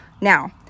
Now